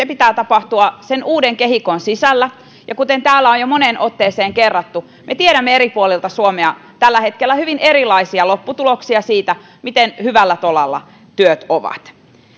pitää tapahtua sen uuden kehikon sisällä ja kuten täällä on jo moneen otteeseen kerrattu me tiedämme eri puolilta suomea tällä hetkellä hyvin erilaisia lopputuloksia siitä miten hyvällä tolalla työt ovat